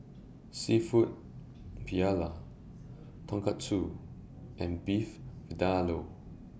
Seafood Paella Tonkatsu and Beef Vindaloo